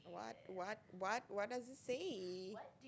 what what what what does it say